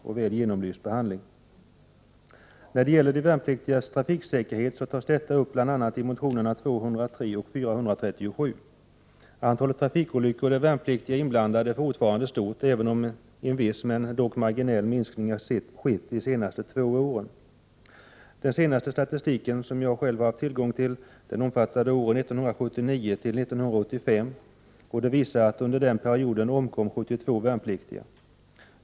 Då är det viktigt att de värnpliktigas situation får en allsidigoch 25 maj 1989 grundlig behandling. stort, även om en viss men dock marginell minskning har skett de senaste två åren. Den senaste statistik jag själv haft tillgång till omfattar åren 1979—1985 och visar att 72 värnpliktiga omkom under den perioden.